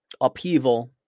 upheaval